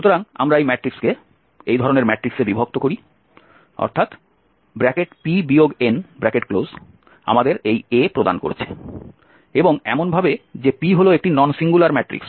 সুতরাং আমরা এই ম্যাট্রিক্সকে এই ধরনের ম্যাট্রিক্সে বিভক্ত করি সুতরাং আমাদের এই A প্রদান করছে এবং এমনভাবে যে P হল একটি নন সিঙ্গুলার ম্যাট্রিক্স